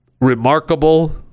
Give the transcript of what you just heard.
remarkable